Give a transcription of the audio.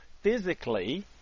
physically